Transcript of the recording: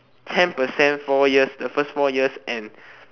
ten percent four years the first four years and